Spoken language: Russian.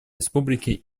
республики